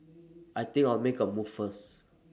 I think I'll make A move first